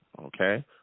Okay